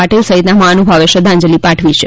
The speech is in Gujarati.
પાટી સહિતના મહાનુભાવોએ શ્રદ્ધાજંલી પાઠવી છે